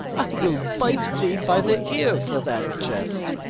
i will bite thee by the ear for that jest.